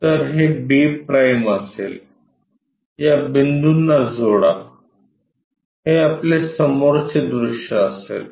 तर हे b' असेल या बिंदूंना जोडा हे आपले समोरचे दृश्य असेल